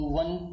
one